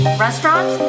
restaurant